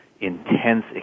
intense